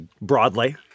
Broadly